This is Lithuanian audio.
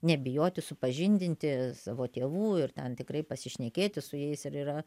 nebijoti supažindinti savo tėvų ir ten tikrai pasišnekėti su jais ir yra